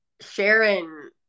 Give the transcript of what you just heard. Sharon